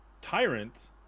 Tyrant